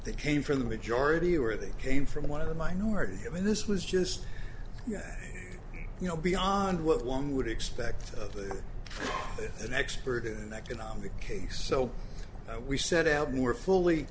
they came from the majority or where they came from one of the minority i mean this was just you know beyond what one would expect of an expert in an economic case so we set out more fully